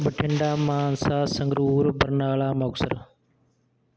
Bathinda Mansa Sangrur Barnala Muktsar